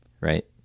right